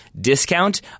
discount